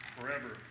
Forever